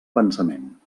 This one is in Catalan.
pensament